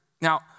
Now